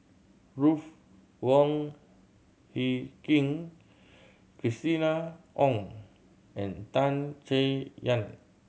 Ruth Wong Hie King Christina Ong and Tan Chay Yan